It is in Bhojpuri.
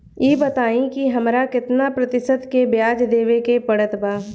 ई बताई की हमरा केतना प्रतिशत के ब्याज देवे के पड़त बा?